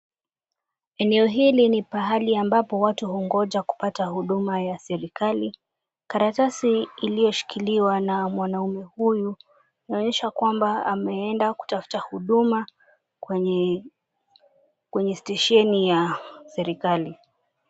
Eneo hili ni pahali ambapo watu hungoja kupata huduma ya serikali. Karatasi iliyoshikiliwa na mwanaume huyu, inaonyesha kwamba ameenda kutafuta huduma kwenye stesheni ya serikali.